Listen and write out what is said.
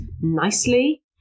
nicely